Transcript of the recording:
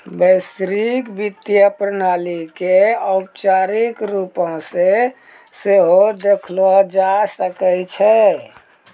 वैश्विक वित्तीय प्रणाली के औपचारिक रुपो से सेहो देखलो जाय सकै छै